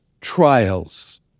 Trials